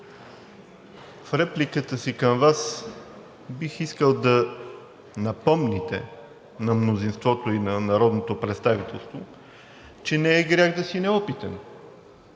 В репликата си към Вас бих искал да напомните на мнозинството и на народното представителство, че не е грях да си неопитен